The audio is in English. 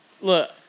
Look